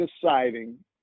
deciding